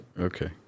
Okay